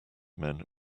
men